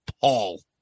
Paul